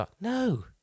No